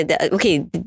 okay